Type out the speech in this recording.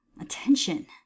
Attention